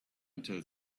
until